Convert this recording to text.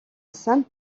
sainte